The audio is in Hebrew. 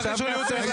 מה קשור הייעוץ המשפטי?